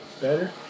Better